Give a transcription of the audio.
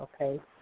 okay